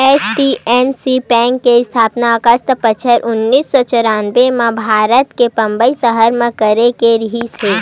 HDFC bank के इस्थापना अगस्त बछर उन्नीस सौ चौरनबें म भारत के बंबई सहर म करे गे रिहिस हे